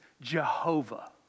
Jehovah